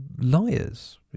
liars